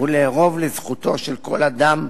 ולערוב לזכותו של כל אדם,